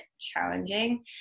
challenging